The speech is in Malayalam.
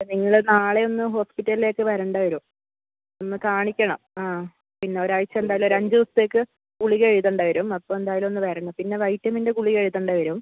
നിങ്ങൾ നാളെ ഒന്ന് ഹോസ്പിറ്റലിലേക്ക് വരേണ്ടി വരും ഒന്ന് കാണിക്കണം ആ പിന്നെ ഒരാഴ്ച്ച എന്തായാലും ഒരു അഞ്ച് ദിവസത്തേക്ക് ഗുളിക എഴുതേണ്ടി വരും അപ്പം എന്തായാലും ഒന്ന് വരണം പിന്ന വൈറ്റമിൻ്റെ ഗുളിക എഴുതേണ്ടി വരും